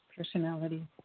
Personality